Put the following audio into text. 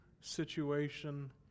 situation